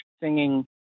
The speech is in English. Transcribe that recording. singing